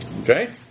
Okay